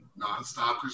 nonstop